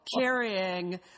carrying